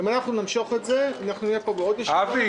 אם אנחנו נמשוך את זה אנחנו נהיה פה בעוד ישיבה ועוד ישיבה.